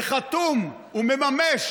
וחתום, ומממש